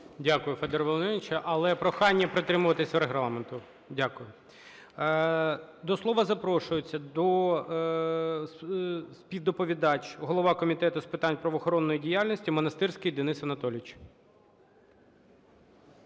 Дякую, Федір Володимирович. Але, прохання, притримуватися регламенту. Дякую. До слова запрошується співдоповідач, голова Комітету з питань правоохоронної діяльності Монастирський Денис Анатолійович.